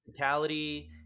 physicality